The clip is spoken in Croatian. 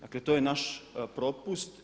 Dakle, to je naš propust.